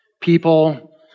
people